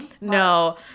No